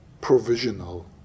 provisional